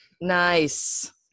Nice